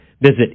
visit